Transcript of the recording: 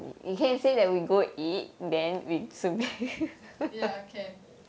ya can